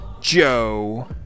Joe